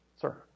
Sir